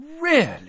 Really